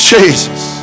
Jesus